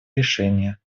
решения